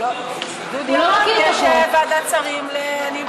דודי אמר שיש ועדת שרים לענייני,